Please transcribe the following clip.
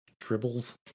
dribbles